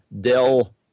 Dell